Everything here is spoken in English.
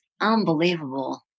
unbelievable